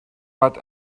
but